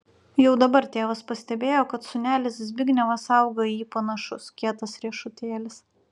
jau dabar tėvas pastebėjo kad sūnelis zbignevas auga į jį panašus kietas riešutėlis